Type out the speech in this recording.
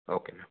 okay ma'am